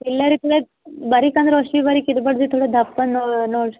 ಇಲ್ಲ ರೀ ಬರಿಕೆ ಅಂದ್ರೆ ತೋಡೆ ದಪ್ಪ ಬಂದವ ನೋಡ್ರಿ